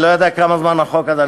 אני לא יודע כמה זמן החוק הזה,